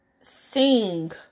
sing